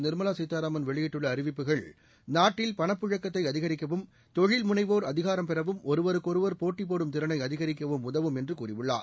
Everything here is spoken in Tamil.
நிர்மலா சீதாராமன் வெளியிட்டுள்ள அறிவிப்புகள் நாட்டில் பணப்பழக்கத்தை அதிகரிக்கவும் தொழில்முனைவோா் அதிகாரம் பெறவும் ஒருவருக்கொருவா் போட்டிபோடும் திறனை அதிகாிக்கவும் உதவும் என்று கூறியுள்ளார்